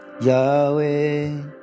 Yahweh